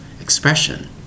expression